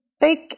big